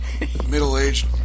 middle-aged